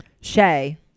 Shay